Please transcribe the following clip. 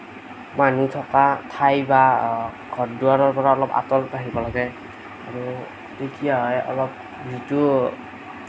মানুহ থকা ঠাই বা ঘৰ দুৱাৰৰ পৰা অলপ আঁতৰত আহিব লাগে আৰু কি হয় অলপ যিটো